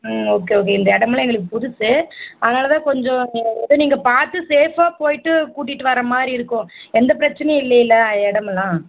ம் okay okay இந்த இடமெல்லாம் எங்களுக்கு புதுசு அதனாலதான் கொஞ்சம் எதோ நீங்கள் பார்த்து சேஃபாக போயிவிட்டு கூட்டிகிட்டு வர மாதிரி இருக்கும் எந்த பிரச்சனையும் இல்லைலே இடமெல்லாம்